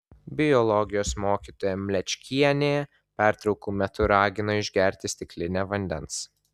biologijos mokytoja mlečkienė pertraukų metu ragino išgerti stiklinę vandens